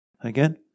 again